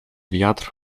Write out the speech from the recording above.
wiatr